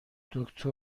دکتر